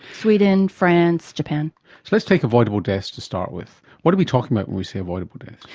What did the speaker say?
sweden, france, japan. so let's take avoidable deaths to start with. what are we talking about when we say avoidable deaths?